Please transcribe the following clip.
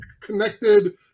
connected